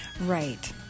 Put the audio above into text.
Right